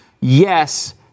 Yes